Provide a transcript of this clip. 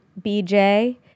BJ